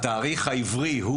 התאריך העברי,